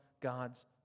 God's